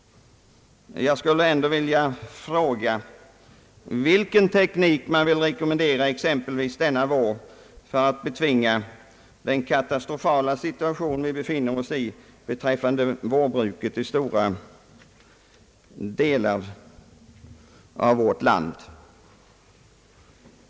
Jag skulle ändå vilja fråga vilken teknik man rekommenderar exempelvis för att betvinga den katastrofala situationen vi just nu befinner oss i beträffande vårbruket i stora delar av vårt land.